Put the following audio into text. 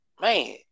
Man